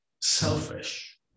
Selfish